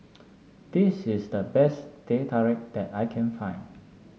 this is the best Teh Tarik that I can find